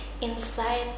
inside